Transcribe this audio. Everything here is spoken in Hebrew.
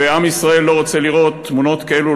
ועם ישראל לא רוצה לראות תמונות כאלו,